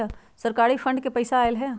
सरकारी फंड से पईसा आयल ह?